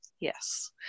Yes